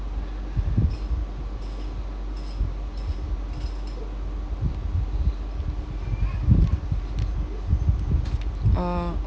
uh